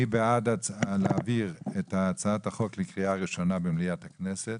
מי בעד להעביר את הצעת החוק לקריאה ראשונה במליאת הכנסת?